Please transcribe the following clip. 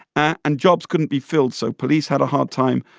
and jobs couldn't be filled. so police had a hard time,